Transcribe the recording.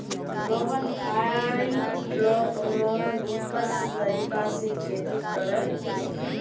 Rohan hydroponics तरीका से खेती कोरे छे